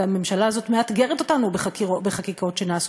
הממשלה הזאת מאתגרת אותנו בחקיקות שנעשות